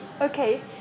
Okay